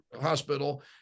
hospital